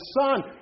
Son